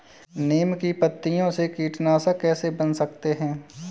नीम की पत्तियों से कीटनाशक कैसे बना सकते हैं?